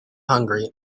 hungry